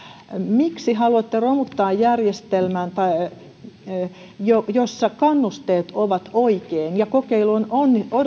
miksi haluatte romuttaa järjestelmän jossa kannusteet ovat oikein ja kokeilu on on